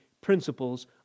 principles